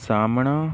ਸਾਹਮਣਾ